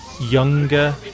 younger